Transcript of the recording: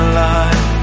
life